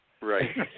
Right